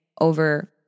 over